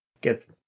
get